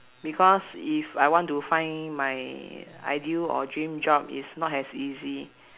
because if I want to find my ideal or dream job is not as easy